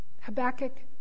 Habakkuk